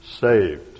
saved